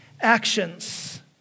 actions